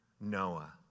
Noah